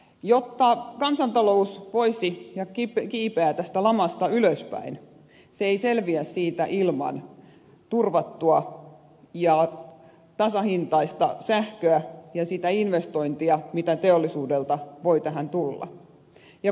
jotta kansantalous voisi kiivetä tästä lamasta ylöspäin se ei selviä siitä ilman turvattua ja tasahintaista sähköä ja sitä investointia mitä teollisuudelta voi tähän tulla